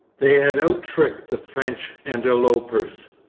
they had out-tricked the french interlopers.